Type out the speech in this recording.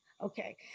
okay